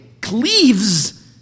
cleaves